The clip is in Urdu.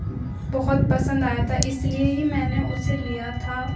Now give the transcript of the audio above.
بہت پسند آیا تھا اس لیے ہی میں نے اسے لیا تھا